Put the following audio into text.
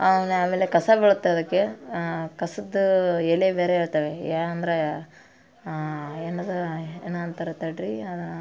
ಆಮೇಲೆ ಆಮೇಲೆ ಕಸ ಬೀಳತ್ತೆ ಅದಕ್ಕೆ ಕಸದ ಎಲೆ ಬೇರೆ ಹೇಳ್ತವೆ ಏನಂದರೆ ಏನದು ಏನ ಅಂತಾರ ತಡೀರಿ ಅದು